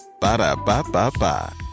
ba-da-ba-ba-ba